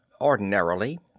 Ordinarily